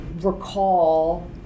recall